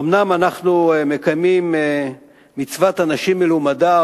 אומנם אנחנו מקיימים מצוות אנשים מלומדה,